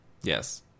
Yes